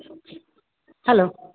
hello